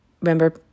Remember